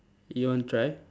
you want to try